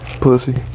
pussy